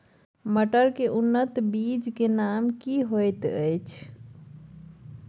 मटर के उन्नत बीज के नाम की होयत ऐछ?